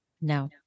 No